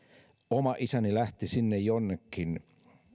oma isäni lähti sinne jonnekin